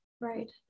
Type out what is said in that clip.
Right